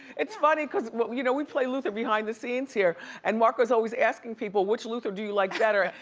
it's funny cause we you know we play luther behind the scenes here and marco's always asking people which luther do you like better,